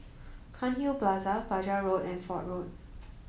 Cairnhill Plaza Fajar Road and Fort Road